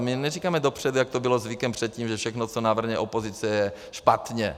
My neříkáme dopředu, jak to bylo zvykem předtím, že všechno, co navrhne opozice, je špatně.